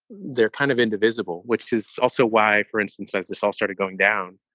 they're kind of indivisible, which is also why, for instance, has this all started going down?